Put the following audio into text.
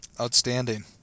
Outstanding